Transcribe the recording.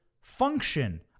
function